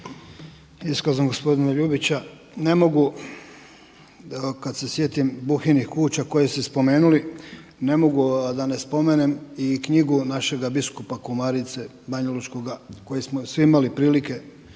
iskazom gospodina Ljubića ne mogu da kad se sjetim Buhinih kuća koje ste spomenuli, ne mogu a da ne spomenem i knjigu našega biskupa Komarice banjalučkoga koje smo svi imali prilike